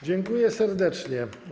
Dziękuję serdecznie.